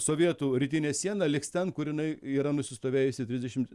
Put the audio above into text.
sovietų rytinė siena liks ten kur jinai yra nusistovėjusi trisdešimt